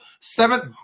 Seventh